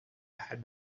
had